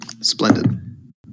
Splendid